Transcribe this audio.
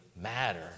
matter